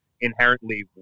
inherently